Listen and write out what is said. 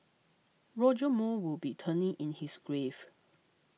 Roger Moore would be turning in his grave